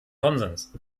konsens